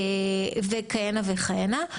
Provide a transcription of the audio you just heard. וכהנה וכהנה.